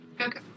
Okay